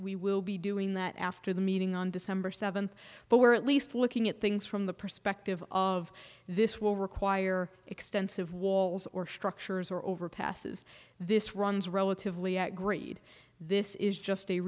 we will be doing that after the meeting on december seventh but we're at least looking at things from the perspective of this will require extensive walls or structures or overpasses this runs relatively at grade this is just